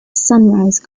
sunrise